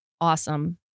awesome